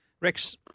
Rex